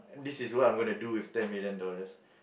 this is what I'm gonna do with ten million dollars